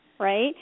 right